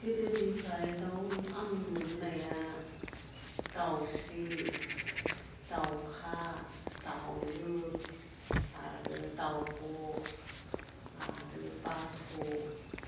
गोदोनिफ्राय दाउ आं नुबोनाया दाउस्रि दाउखा दाउलुर आरो दाउब' आरो बाथ'